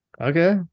Okay